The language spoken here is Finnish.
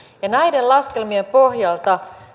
näiden laskelmien pohjalta